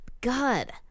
God